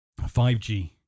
5G